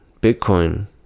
Bitcoin